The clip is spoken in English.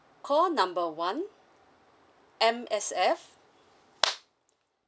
call number one M_S_F